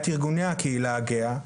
את ארגוני הקהילה הגאה,